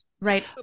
Right